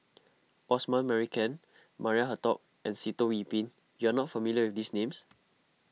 Osman Merican Maria Hertogh and Sitoh Yih Pin you are not familiar with these names